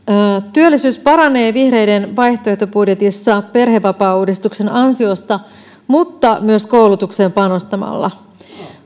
työllisyys paranee vihreiden vaihtoehtobudjetissa perhevapaauudistuksen ansiosta mutta myös koulutukseen panostamalla